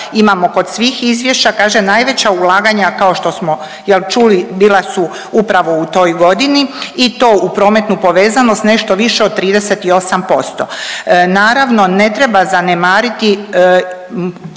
imamo kod svih izvješća, kaže najveća ulaganja kao što smo jel čuli bila su upravo u toj godini i to u prometnu povezanost nešto više od 38%. Naravno ne treba zanemariti